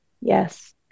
Yes